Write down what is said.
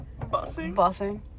Bussing